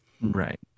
Right